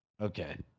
Okay